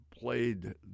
Played